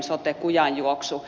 sote kujanjuoksu